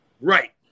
Right